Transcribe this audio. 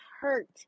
hurt